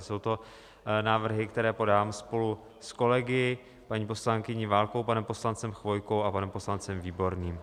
Jsou to návrhy, které podávám spolu s koleg s paní poslankyní Válkovou, s panem poslancem Chvojkou a s panem poslancem Výborným.